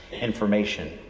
information